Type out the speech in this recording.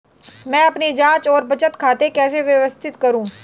मैं अपनी जांच और बचत खाते कैसे व्यवस्थित करूँ?